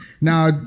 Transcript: Now